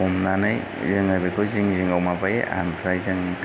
हमनानै जोङो बेखौ जिं जिंआव माबायो ओमफ्राय जों